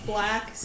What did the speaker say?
Black